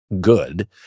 good